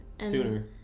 Sooner